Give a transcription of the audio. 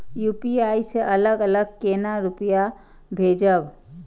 UPI से अलग अलग केना रुपया भेजब